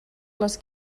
les